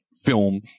film